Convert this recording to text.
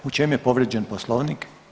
U čem je povrijeđen Poslovnik?